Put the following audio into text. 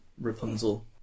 Rapunzel